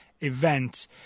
event